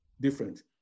different